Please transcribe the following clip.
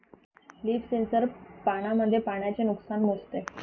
leaf sensor पानांमधील पाण्याचे नुकसान मोजते